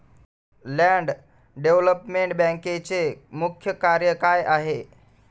Land development बँकेचे मुख्य कार्य काय आहे?